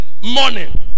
morning